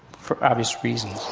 for obvious reasons.